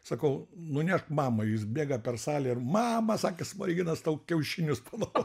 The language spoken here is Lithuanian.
sakau nunešk mamai jis bėga per salę ir mama sakė smoriginas tau kiaušinius paduo